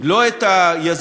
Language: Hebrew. לא את החברות,